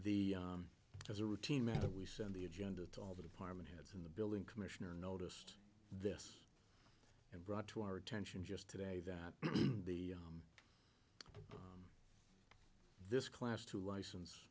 does a routine matter we send the agenda to all the department heads in the building commissioner noticed this and brought to our attention just today that the this class to license